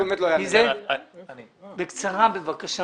בקצרה בבקשה.